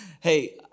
hey